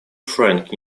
frank